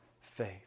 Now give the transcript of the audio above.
faith